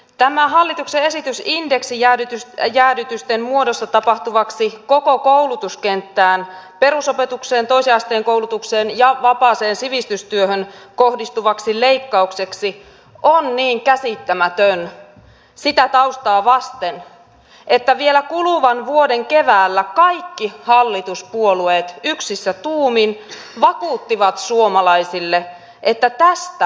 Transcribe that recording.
tämä hallituksen esitys indeksijäädytysten muodossa tapahtuviksi koko koulutuskenttään perusopetukseen toisen asteen koulutukseen ja vapaaseen sivistystyöhön kohdistuviksi leikkauksiksi on niin käsittämätön sitä taustaa vasten että vielä kuluvan vuoden keväällä kaikki hallituspuolueet yksissä tuumin vakuuttivat suomalaisille että tästä me emme leikkaa